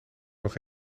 nog